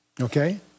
Okay